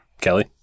Kelly